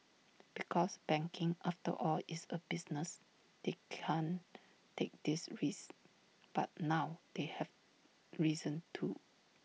because banking after all is A business they can't take these risks but now they have reason to